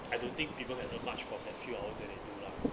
I don't think people can earn much from that few hours that they do lah